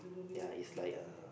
ya is like a